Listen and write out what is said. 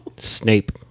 Snape